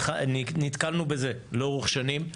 נתקלנו בזה לאורך שנים.